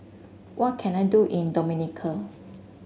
what can I do in Dominica